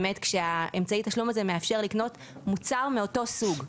כשאמצעי התשלום הזה מאפשר לקנות מוצר מאותו סוג.